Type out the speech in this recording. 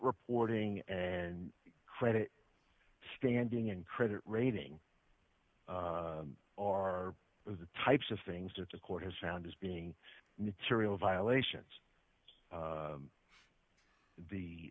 reporting and credit standing and credit rating are the types of things that the court has found as being material